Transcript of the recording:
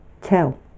tell